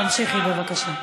תמשיכי, בבקשה.